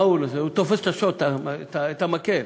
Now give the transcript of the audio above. הוא תופס את השוט, את המקל.